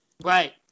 Right